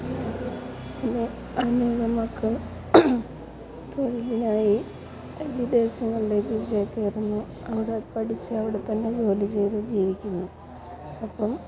പിന്നെ അനേകം മക്കൾ തൊഴിലിനായി വിദേശങ്ങളിലേക്ക് ചേക്കേറുന്നു അവിടെ പഠിച്ച് അവിടത്തന്നെ ജോലിചെയ്ത് ജീവിക്കിന്നു അപ്പം